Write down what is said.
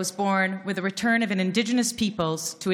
להלן תרגומם: אחיות ואחים יקרים מן התפוצות,